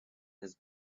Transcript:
has